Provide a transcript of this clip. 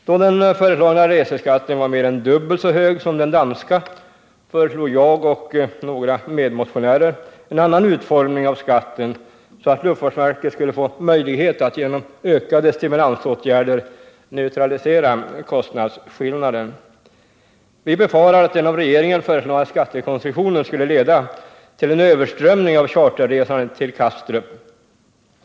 Då den svenska reseskatten var mer än dubbelt så hög som den danska, föreslog jag och några medmotionärer en annan utformning iv skatten, så att luftfartsverket genom ökade stimulansåtgärder skulle få få möjlighet att neutralisera kostnadsskillnaden. Vi befarade att den av regeringen föreslagna skattekonstruktionen skulle leda till en överströmning av charterresandet till Kastrup.